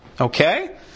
Okay